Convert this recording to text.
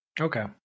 Okay